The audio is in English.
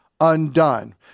undone